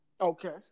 Okay